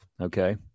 okay